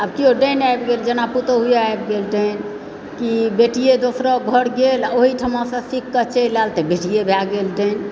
आब केओ डाइन आबि गेल जेना पूतोहूए आबि गेल डाइन कि बेटिए दोसरोक घर गेल आ ओहिठमासँ सिखके चलि आयल तऽ बेटिए भए गेल डाइन